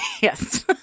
yes